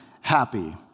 happy